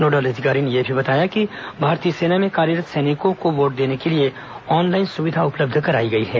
nodal अधिकारी ने यह बताया कि भारतीय सेना में कार्यरत् सैनिकों को वोट देने के लिए ऑनलाइन सुविधा उपलब्ध कराई गई है